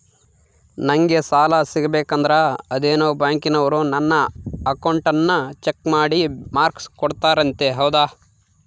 ನಂಗೆ ಸಾಲ ಸಿಗಬೇಕಂದರ ಅದೇನೋ ಬ್ಯಾಂಕನವರು ನನ್ನ ಅಕೌಂಟನ್ನ ಚೆಕ್ ಮಾಡಿ ಮಾರ್ಕ್ಸ್ ಕೊಡ್ತಾರಂತೆ ಹೌದಾ?